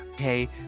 Okay